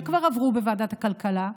שכבר עברו בוועדת הכלכלה,